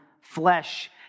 flesh